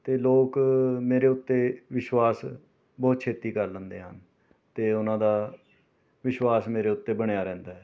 ਅਤੇ ਲੋਕ ਮੇਰੇ ਉੱਤੇ ਵਿਸ਼ਵਾਸ ਬਹੁਤ ਛੇਤੀ ਕਰ ਲੈਂਦੇ ਹਨ ਅਤੇ ਓਹਨਾ ਦਾ ਵਿਸ਼ਵਾਸ ਮੇਰੇ ਉੱਤੇ ਬਣਿਆ ਰਹਿੰਦਾ ਹੈ